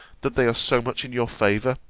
that they are so much in your favour,